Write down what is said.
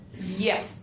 Yes